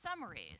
summaries